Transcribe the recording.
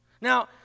Now